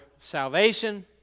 salvation